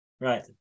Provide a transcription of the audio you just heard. Right